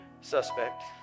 suspect